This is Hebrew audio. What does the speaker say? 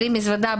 בלי מזוודה,